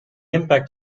impact